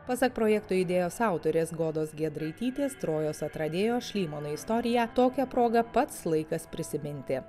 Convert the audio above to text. pasak projekto idėjos autorės godos giedraitytės trojos atradėjo šlymano istoriją tokia proga pats laikas prisiminti